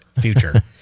future